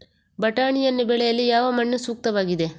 ಬಟಾಣಿಯನ್ನು ಬೆಳೆಯಲು ಯಾವ ಮಣ್ಣು ಸೂಕ್ತವಾಗಿದೆ?